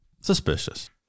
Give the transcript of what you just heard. Suspicious